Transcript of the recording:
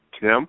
Tim